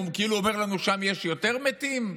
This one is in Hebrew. הוא כאילו אומר לנו ששם יש יותר מתים.